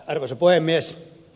arvoisa puhemies